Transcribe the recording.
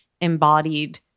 embodied